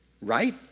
Right